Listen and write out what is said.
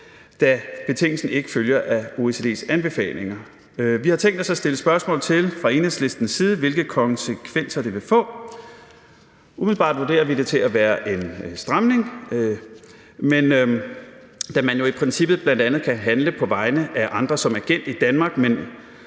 da betingelsen ikke følger af OECD's anbefalinger. Vi har fra Enhedslistens side tænkt os at stille spørgsmål til, hvilke konsekvenser det vil få. Umiddelbart vurderer vi det til at være en stramning. Dog kan man jo i princippet bl.a. handle på vegne af andre som agent i Danmark